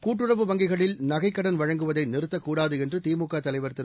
கூட்டுறவு வங்கிகளில் நகைக்கடன் வழங்குவதை நிறுத்தக் கூடாது என்று திமுக தலைவர் திரு